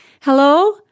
Hello